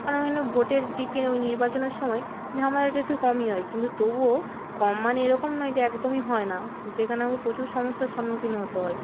কারণ এখানে ভোটের দিকে ওই নির্বাচনের সময় ঝামেলাটা একটু কমই হয় কিন্তু তবুও কম মানে এরকম নয় যে একদমই হয় না কিন্তু এখানে আমাকে প্রচুর সমস্যার সম্মুখীন হতে হয়